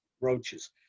roaches